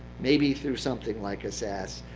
maybe through something like a sas,